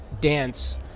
dance